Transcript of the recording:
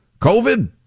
COVID